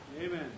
Amen